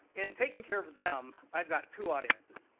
and taking care of them i have got two audiences.